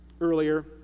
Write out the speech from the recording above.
earlier